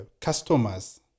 customers